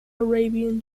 arabian